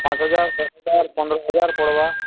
ପାଞ୍ଚ ହଜାର ଦଶ ହଜାର ପନ୍ଦର ହଜାର ପଡ଼ବା